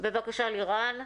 בבקשה, לירן,